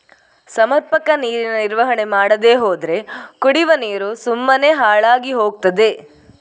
ಸಮರ್ಪಕ ನೀರಿನ ನಿರ್ವಹಣೆ ಮಾಡದೇ ಹೋದ್ರೆ ಕುಡಿವ ನೀರು ಸುಮ್ಮನೆ ಹಾಳಾಗಿ ಹೋಗ್ತದೆ